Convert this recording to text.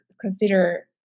consider